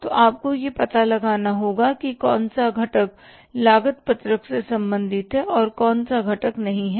तो आपको यह पता लगाना होगा कि कौन सा घटक लागत पत्रक से संबंधित है और कौन सा घटक नहीं है